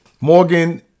Morgan